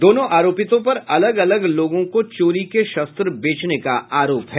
दोनों आरोपितों पर अलग अलग लोगों को चोरी के शस्त्र बेचने का आरोप है